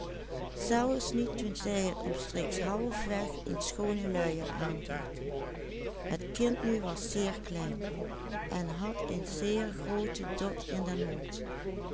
was zeer klein en had een zeer groote dot in den mond